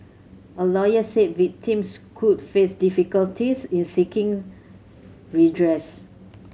a lawyer said victims could face difficulties in seeking redress